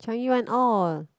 Changi one orh